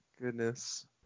goodness